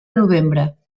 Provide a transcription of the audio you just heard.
novembre